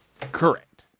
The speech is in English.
Correct